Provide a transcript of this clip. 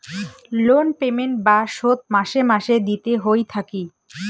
loan payment বা শোধ মাসে মাসে দিতে হই থাকি